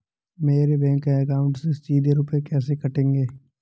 मेरे bank account से सीधे रुपए कैसे कटेंगे?